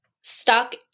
stuck